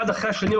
אחד אחרי השני,